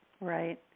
Right